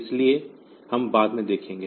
इसलिए हम बाद में देखेंगे